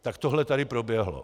Tak tohle tady proběhlo.